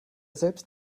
selbst